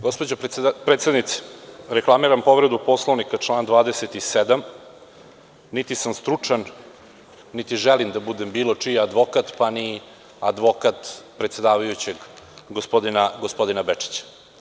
Gospođo predsednice, reklamiram povredu Poslovnika član 27, niti sam stručan, niti želim da bilo čiji advokat, pa ni advokat predsedavajućeg, gospodina Bečića.